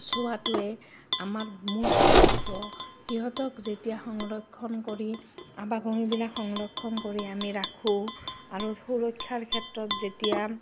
চোৱাটোৱে আমাৰ মূল কৰ্তব্য সিহঁতক যেতিয়া সংৰক্ষণ কৰি আৱাসভূলিবিলাক সংৰক্ষণ কৰি আমি ৰাখোঁ আৰু সুৰক্ষাৰ ক্ষেত্ৰত যেতিয়া